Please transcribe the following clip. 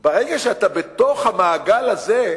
ברגע שאתה בתוך המעגל הזה,